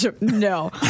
No